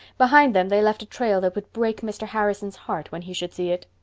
behind them they left a trail that would break mr. harrison's heart when he should see it.